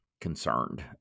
concerned